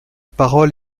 parole